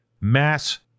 mass